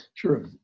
Sure